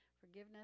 forgiveness